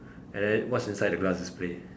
and then what's inside the glass display